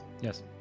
yes